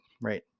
Right